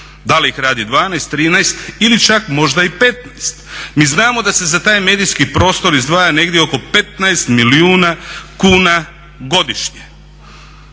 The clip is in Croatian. Da li ih radi 12, 13 ili čak možda i 15? Mi znamo da se za taj medijski prostor izdvaja negdje oko 15 milijuna kuna godišnje.